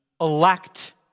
elect